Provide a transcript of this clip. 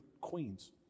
queens